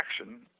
action